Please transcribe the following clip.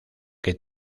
que